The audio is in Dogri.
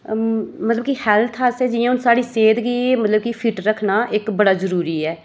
मतलब कि हैल्थ आस्तै जि'यां हून साढ़ी सैह्त गी मतलब कि फिट रक्खना इक बड़ा जरूरी ऐ